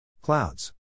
Clouds